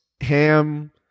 ham